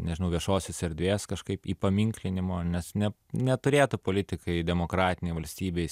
nežinau viešosios erdvės kažkaip į paminklinimo nes ne neturėtų politikai demokratinėj valstybėj